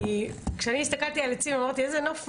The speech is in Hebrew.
כי כשאני הסתכלתי על עצים אמרתי איזה נוף מדהים,